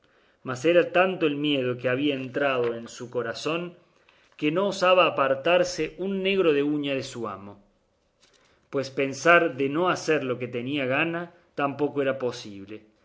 era tanto el miedo que había entrado en su corazón que no osaba apartarse un negro de uña de su amo pues pensar de no hacer lo que tenía gana tampoco era posible